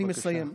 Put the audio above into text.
אני מסיים.